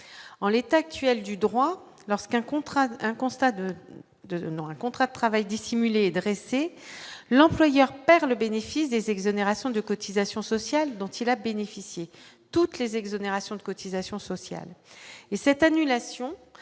constat de de dans le contrat de travail dissimulé dresser l'employeur perd le bénéfice des exonérations de cotisations sociales dont il a bénéficié